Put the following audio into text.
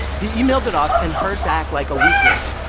he emailed it off and heard back, like, a week later.